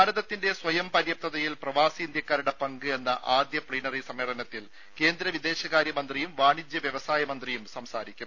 ഭാരതത്തിന്റെ സ്വയം പര്യാപ്തയിൽ പ്രവാസി ഇന്ത്യാക്കാരുടെ പങ്ക് എന്ന ആദ്യ പ്ലീനറി സമ്മേളനത്തിൽ കേന്ദ്ര വിദേശകാര്യ മന്ത്രിയും വാണിജ്യ വ്യവസായ മന്ത്രിയും സംസാരിക്കും